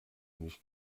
nicht